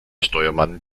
steuermann